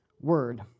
word